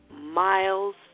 miles